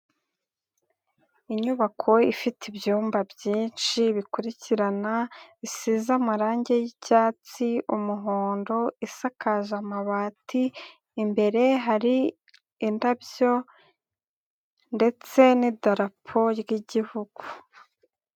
Inyubako ifite ibyumba byinshi bikurikirana, bisize amarangi yicyatsi, umuhondo isakaje amabati, imbere hari indabyo ndetse n'idarapo ry'igihugu.